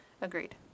Agreed